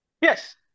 Yes